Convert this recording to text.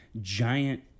giant